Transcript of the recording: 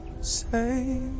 say